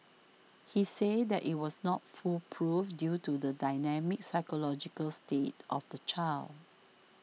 he said that it was not foolproof due to the dynamic psychological state of the child